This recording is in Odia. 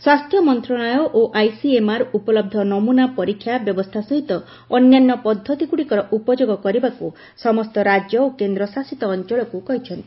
ସ୍ପାସ୍ଥ୍ୟମନ୍ତ୍ରଣାଳୟ ଓ ଆଇସିଏମ୍ଆର ଉପଲବ୍ଧ ନମୁନା ପରୀକ୍ଷା ବ୍ୟବସ୍ଥା ସହିତ ଅନ୍ୟାନ୍ୟ ପଦ୍ଧତିଗୁଡ଼ିକର ଉପଯୋଗ କରିବାକୁ ସମସ୍ତ ରାଜ୍ୟ ଓ କେନ୍ଦଶାସିତ ଅଞ୍ଚଳକୁ କହିଚ୍ଚନ୍ତି